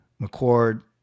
McCord